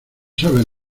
sabe